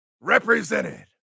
represented